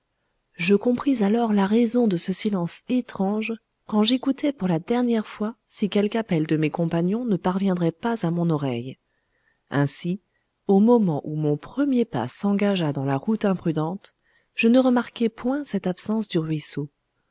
je compris alors la raison de ce silence étrange quand j'écoutai pour la dernière fois si quelque appel de mes compagnons ne parviendrait pas à mon oreille ainsi au moment où mon premier pas s'engagea dans la route imprudente je ne remarquai point cette absence du ruisseau